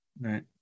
right